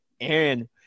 aaron